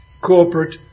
corporate